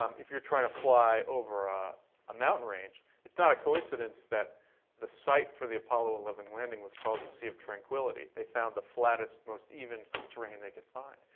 um if you're trying to fly over ah a mountain range it's not a coincidence that the site for the apollo eleven landing was called the sea of tranquility. they found the flattest, most even terrain they could find.